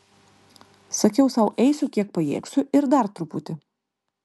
sakiau sau eisiu kiek pajėgsiu ir dar truputį